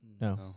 No